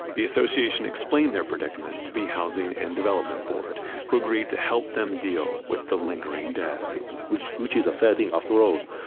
the association explained their predicament to the housing and development board who agreed to help them deal with the lingering dead which which is a fair thing. after all,